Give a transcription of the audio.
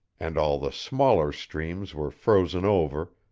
and all the smaller streams were frozen over,